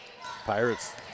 Pirates